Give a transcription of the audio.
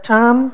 Tom